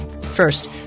First